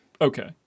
Okay